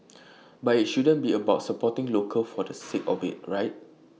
but IT shouldn't be about supporting local for the sake of IT right